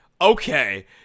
Okay